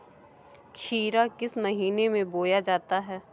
खीरा किस महीने में बोया जाता है?